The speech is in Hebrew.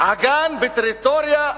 שעגן בטריטוריה בין-לאומית,